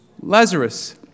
Lazarus